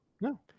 no